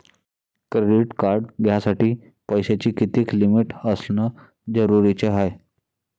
Credit card घ्यासाठी पैशाची कितीक लिमिट असनं जरुरीच हाय?